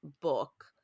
book